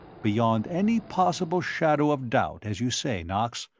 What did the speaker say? beyond any possible shadow of doubt, as you say, knox,